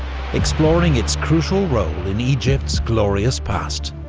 exploring its crucial role in egypt's glorious past.